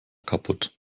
kaputt